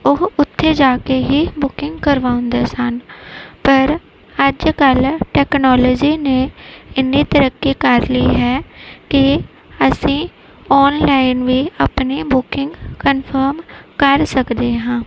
ਉਹ ਉੱਥੇ ਜਾ ਕੇ ਹੀ ਬੁਕਿੰਗ ਕਰਵਾਉਂਦੇ ਸਨ ਪਰ ਅੱਜ ਕੱਲ੍ਹ ਟੈਕਨੋਲੋਜੀ ਨੇ ਇੰਨੀ ਤਰੱਕੀ ਕਰ ਲਈ ਹੈ ਕਿ ਅਸੀਂ ਔਨਲਾਈਨ ਵੀ ਆਪਣੀ ਬੁਕਿੰਗ ਕਨਫਰਮ ਕਰ ਸਕਦੇ ਹਾਂ